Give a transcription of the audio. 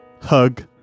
hug